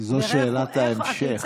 זו שאלת ההמשך.